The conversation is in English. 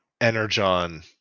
energon